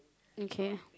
okay